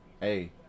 hey